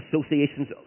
associations